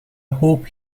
hope